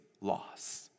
loss